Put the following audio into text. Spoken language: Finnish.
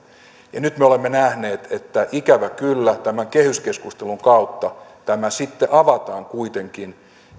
nyt me olemme nähneet että ikävä kyllä tämän kehyskeskustelun kautta sitten avataan kuitenkin